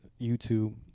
YouTube